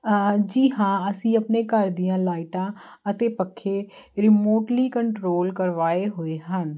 ਜੀ ਹਾਂ ਅਸੀਂ ਆਪਣੇ ਘਰ ਦੀਆਂ ਲਾਈਟਾਂ ਅਤੇ ਪੱਖੇ ਰਿਮੋਟਲੀ ਕੰਟ੍ਰੋਲ ਕਰਵਾਏ ਹੋਏ ਹਨ